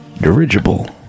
dirigible